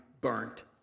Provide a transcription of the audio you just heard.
burnt